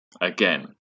Again